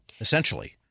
essentially –